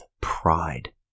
Pride